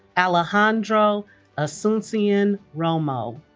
alejandro asuncion romo